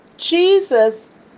Jesus